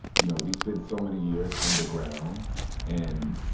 you know, we spent so many years underground and,